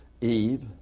Eve